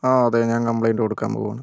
അതെ അതെ ഞാൻ കംപ്ലയിൻറ്റ് കൊടുക്കാൻ പോവാണ്